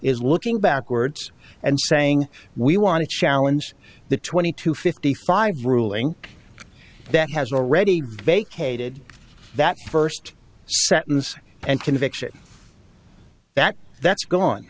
is looking backwards and saying we want to challenge the twenty to fifty five ruling that has already vacated that first sentence and conviction that that's gone